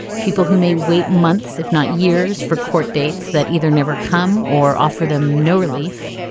people who may wait months, if not years for court dates that either never come or offer them no relief.